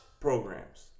programs